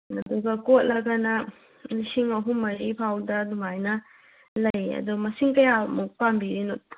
ꯑꯗꯨꯒ ꯀꯣꯠꯂꯒꯅ ꯂꯤꯁꯤꯡ ꯑꯍꯨꯝ ꯃꯔꯤ ꯐꯥꯎꯕꯗ ꯑꯗꯨꯃꯥꯏꯅ ꯂꯩ ꯑꯗꯨ ꯃꯁꯤꯡ ꯀꯌꯥꯃꯨꯛ ꯄꯥꯝꯕꯤꯔꯤꯅꯣ